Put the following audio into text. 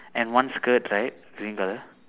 and one skirt right green colour